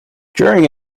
during